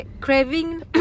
Craving